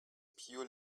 pure